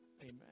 Amen